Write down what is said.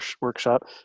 workshop